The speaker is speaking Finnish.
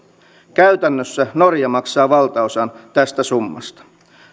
käytännössä norja maksaa valtaosan tästä summasta